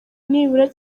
nibura